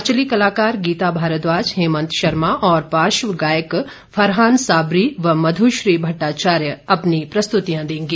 हिमाचली कलाकार गीता भारद्वाज हेमंत शर्मा और पार्श्व गायक फरहान साबरी व मध्श्री भट्टाचार्य अपनी प्रस्तुतियां देंगे